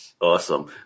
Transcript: Awesome